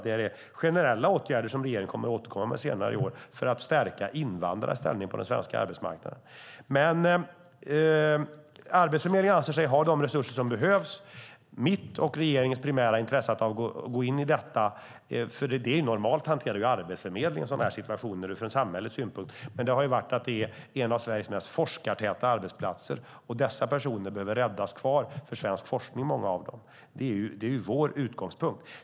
Det är generella åtgärder för att stärka invandrares ställning på den svenska arbetsmarknaden, vilket regeringen kommer att återkomma med senare i år. Arbetsförmedlingen anser sig dock ha de resurser som behövs. Normalt hanterar Arbetsförmedlingen sådana här situationer från samhällets synpunkt. Mitt och regeringens primära intresse av att gå in i detta har att göra med att det är en av Sveriges mest forskartäta arbetsplatser, och många av dessa personer behöver räddas kvar för svensk forskning. Det är vår utgångspunkt.